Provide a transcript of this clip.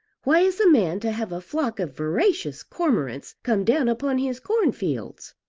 why is a man to have a flock of voracious cormorants come down upon his corn fields?